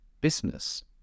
business